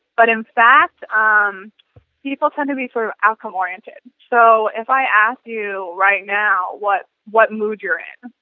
but in fact ah um people tend to be sort of outcome orientated, so if i asked you right now what what mood you are in.